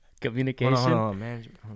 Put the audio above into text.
communication